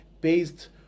based